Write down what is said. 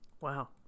Wow